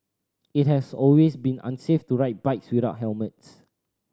it has always been unsafe to ride bikes without helmets